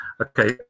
okay